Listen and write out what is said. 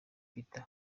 peter